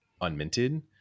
unminted